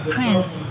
Prince